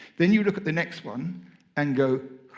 then you look at the next one and go